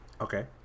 okay